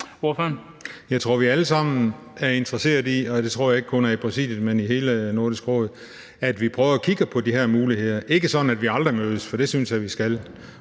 men i hele Nordisk Råd – at vi prøver at kigge på de her muligheder. Ikke sådan, at vi aldrig mødes, for det synes jeg vi skal,